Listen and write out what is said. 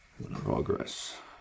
progress